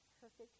perfect